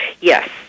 Yes